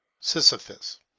Sisyphus